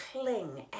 cling